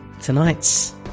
Tonight's